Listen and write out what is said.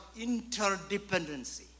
interdependency